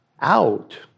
out